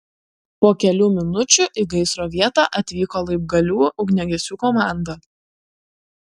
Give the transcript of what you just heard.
po kelių minučių į gaisro vietą atvyko laibgalių ugniagesių komanda